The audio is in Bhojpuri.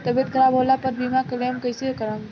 तबियत खराब होला पर बीमा क्लेम कैसे करम?